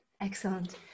Excellent